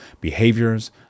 behaviors